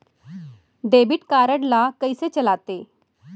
Debit card ला कइसे चलाते?